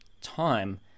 time